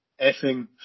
effing